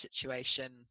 situation